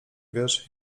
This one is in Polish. wiesz